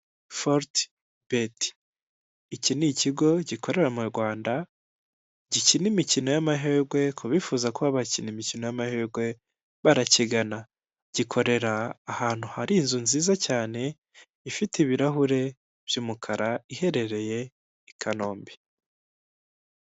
Forute beti iki ni ikigo gikorera mu Rwanda gikina imikino y'amahirwe, ku bifuza kuba bakina imikino y'amahirwe barakigana gikorera ahantu hari inzu nziza cyane ifite ibirahure by'umukara iherereye i Kanombe.